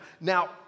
now